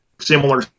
similar